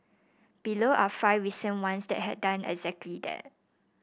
below are five recent ones that have done exactly that